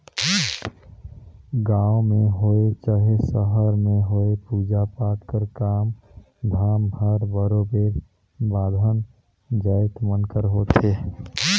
गाँव में होए चहे सहर में होए पूजा पाठ कर काम धाम हर बरोबेर बाभन जाएत मन कर होथे